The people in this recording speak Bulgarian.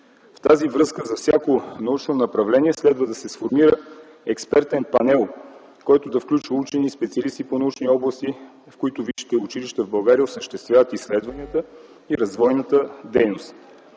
В тази връзка за всяко научно направление следва да се сформира експертен панел, който да включва учени, специалисти по научни области, в които висшите училища в България осъществяват изследванията и развойната дейност.